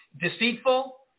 deceitful